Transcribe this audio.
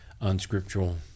unscriptural